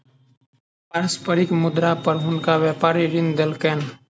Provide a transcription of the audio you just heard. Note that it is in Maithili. पारस्परिक मुद्रा पर हुनका व्यापारी ऋण देलकैन